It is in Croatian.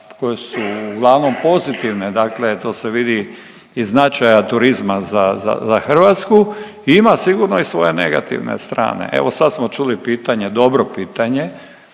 koje su uglavnom pozitivne, dakle to se vidi iz značaja turizma za Hrvatsku, ima sigurno i svoje negativne strane. Evo sad smo čuli pitanje, dobro pitanje